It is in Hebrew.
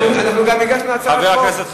גם הגשנו הצעת חוק, חבר הכנסת חסון.